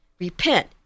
repent